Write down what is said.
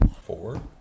Four